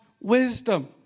wisdom